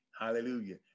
hallelujah